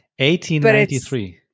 1893